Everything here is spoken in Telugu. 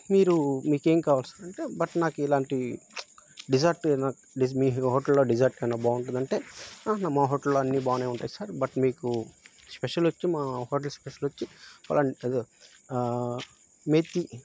మీరు మీకేం కావలి సార్ అంటే బట్ నాకు ఇలాంటి డిసర్ట్ నాకు మీ హోటల్లో డిసర్ట్ ఏమన్నా బాగుంటుందంటే మా హోటల్లో అన్నీ బాగానే ఉంటాయి సార్ బట్ మీకు స్పెషల్ వచ్చి మా హోటల్ స్పెషల్ వచ్చి అలా మేతి